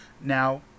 Now